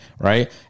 right